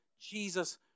Jesus